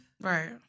Right